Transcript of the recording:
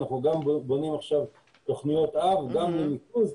אנחנו גם בונים עכשיו תוכניות אב גם לניקוז.